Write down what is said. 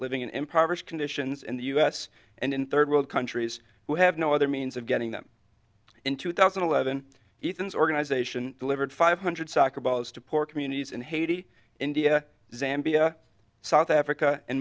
living in impoverished conditions in the u s and in third world countries who have no other means of getting them in two thousand and eleven ethan's organization delivered five hundred soccer balls to poor communities in haiti india zambia south africa and